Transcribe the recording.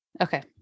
Okay